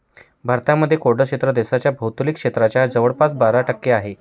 भारतामध्ये कोरडे क्षेत्र देशाच्या भौगोलिक क्षेत्राच्या जवळपास बारा टक्के आहे